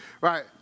Right